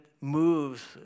moves